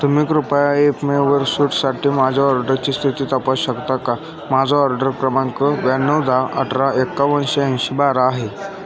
तुम्ही कृपया एपमेवर सूटसाठी माझ्या ऑर्डरची स्थिती तपास शकता का माझा ऑर्डर क्रमांक ब्याण्णव दहा अठरा एकावन्नशे ऐंशी बारा आहे